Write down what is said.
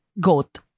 GOAT